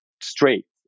straight